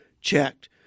checked